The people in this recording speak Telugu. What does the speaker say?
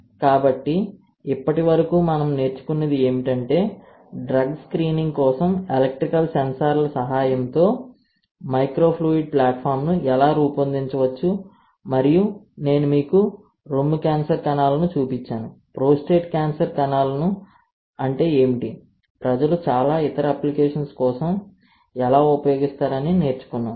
కాబట్టి ఇప్పటి వరకు మనము నేర్చుకున్నది ఏమిటంటే డ్రగ్ స్క్రీనింగ్ కోసం ఎలక్ట్రికల్ సెన్సార్ల సహాయంతో మైక్రోఫ్లూయిడ్ ప్లాట్ఫామ్ను ఎలా రూపొందించవచ్చు మరియు నేను మీకు రొమ్ము క్యాన్సర్ కణాలను చూపించాను ప్రోస్టేట్ క్యాన్సర్ కణాలు అంటే ఏమిటి ప్రజలు చాలా ఇతర అప్లికేషన్స్ కోసం ఎలా ఉపయోగిస్తారు అని నేర్చుకున్నాం